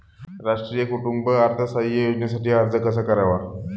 राष्ट्रीय कुटुंब अर्थसहाय्य योजनेसाठी अर्ज कसा करावा?